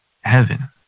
heaven